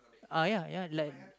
uh ya ya like